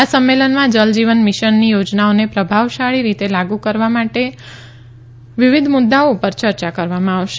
આ સંમેલનમાં જલજીવન મિશનની યોજનાઓને પ્રભાવશાળી રીતે લાગુ કરવા માટે લાગુ કરવા માટે વિવિધ મુદ્દાઓ પર ચર્ચા કરવામાં આવશે